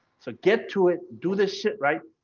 so get to it do this shit, right.